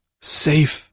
safe